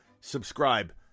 Subscribe